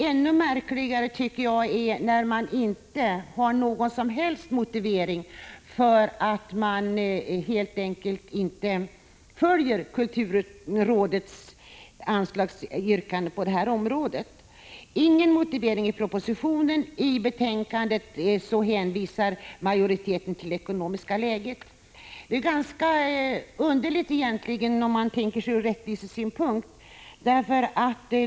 Ännu märkligare är att man inte har någon som helst motivering för att helt enkelt inte följa kulturrådets anslagsyrkande. Det finns ingen motivering i propositionen, och i betänkandet hänvisar utskottsmajoriteten bara till det ekonomiska läget. Det är egentligen ganska underligt, ur rättvisesynpunkt.